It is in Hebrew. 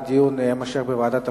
הדיון יימשך בוועדת הפנים,